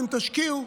אתם תשקיעו,